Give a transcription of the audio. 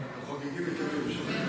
הם חוגגים את יום ירושלים?